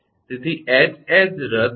તેથી 𝐻 𝐻 રદ થશે